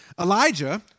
Elijah